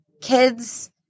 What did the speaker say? kids